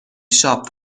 شاپ